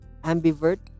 ambivert